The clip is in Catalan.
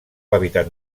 hàbitat